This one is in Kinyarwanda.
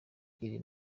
iri